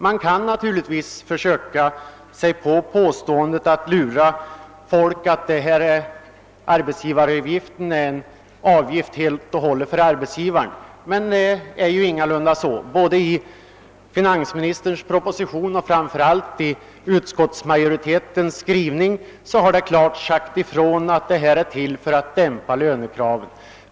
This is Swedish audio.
Man kan naturligtvis försöka sig på att lura i folk att arbetsgivaravgiften är en avgift helt och hållet för arbetsgivarna, men det förhåller sig ingalunda så. Både i finansministerns proposition och, framför allt, i utskottsmajoritetens skrivning har det klart sagts ifrån, att denna avgiftshöjning är till för att dämpa lönekraven.